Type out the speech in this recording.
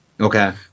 Okay